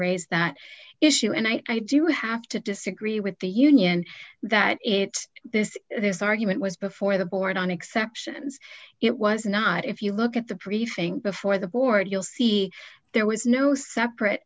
raise that issue and i do have to disagree with the union that it's this this argument was before the board on exceptions it was not if you look at the briefing before the board you'll see there was no separate